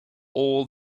all